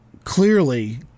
Clearly